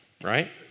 right